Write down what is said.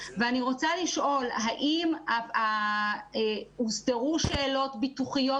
ואני רוצה לשאול האם הוסדרו שאלות ביטוחיות